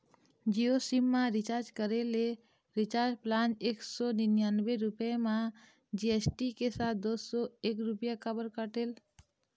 Jio sim मा recharge करे ले रिचार्ज प्लान एक सौ निन्यानबे रुपए मा जी.एस.टी के साथ दो सौ एक रुपया काबर कटेल?